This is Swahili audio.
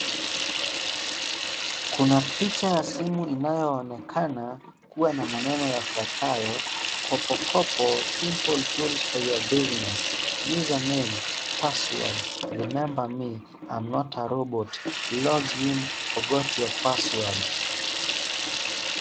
Kuna picha ya simu inayoonekana kuwa na maneno yafwatayo, Kopokopo simple tools for your business, username, password, remember me, I'm not a robot, login, forgot your password .